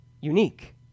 unique